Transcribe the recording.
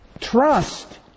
trust